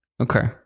Okay